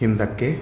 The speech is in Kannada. ಹಿಂದಕ್ಕೆ